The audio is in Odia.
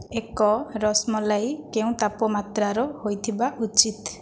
ଏକ ରସମଲାଇ କେଉଁ ତାପମାତ୍ରାର ହୋଇଥିବା ଉଚିତ୍